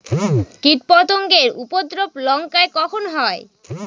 কীটপতেঙ্গর উপদ্রব লঙ্কায় কখন হয়?